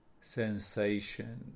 sensation